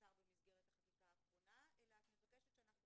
שנוצר במסגרת החקיקה האחרונה אלא את מבקשת שאנחנו